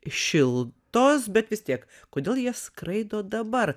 šiltos bet vis tiek kodėl jie skraido dabar